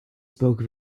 spoke